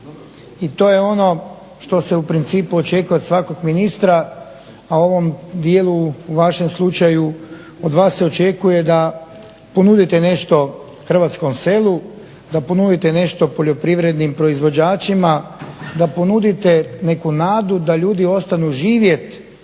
I to je ono što se u principu očekuje od svakog ministra, a u ovom dijelu u vašem slučaju od vas se očekuje da ponudite nešto hrvatskom selu, da ponudite nešto poljoprivrednim proizvođačima, da ponudite neku nadu da ljudi ostanu živjeti